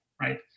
right